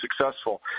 successful